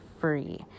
free